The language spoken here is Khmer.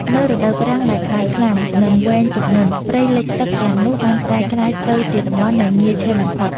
នៅរដូវប្រាំងដែលក្ដៅខ្លាំង និងវែងជាងមុន ព្រៃលិចទឹកទាំងនោះបានប្រែក្លាយទៅជាតំបន់ដែលងាយឆេះបំផុត។